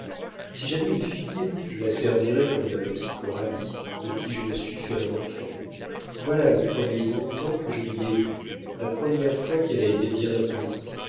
si j'avais une fille je la servirais comme ma petite coralie de qui je me suis fait un enfant voilà le premier bon temps que je lui ai vu la première fois qu'elle a été bien applaudie